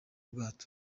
ubwato